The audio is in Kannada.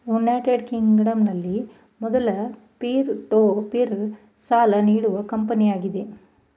ಯುನೈಟೆಡ್ ಕಿಂಗ್ಡಂನಲ್ಲಿ ಮೊದ್ಲ ಪೀರ್ ಟು ಪೀರ್ ಸಾಲ ನೀಡುವ ಕಂಪನಿಯಾಗಿದೆ